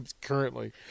currently